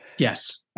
Yes